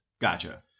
Gotcha